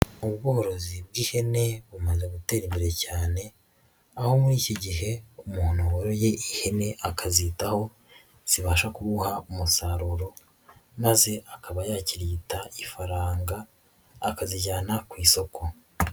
Ubworozi bw'ihene bumaze gutera imbere cyane, aho muri iki gihe umuntu woroye ihene akazitaho zibasha kubuha umusaruro, maze akaba yakirigita ifaranga akazijyana ku isoko.